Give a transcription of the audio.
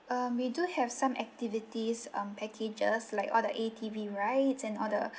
um we do have some activities um packages like all the A_T_V rides and all the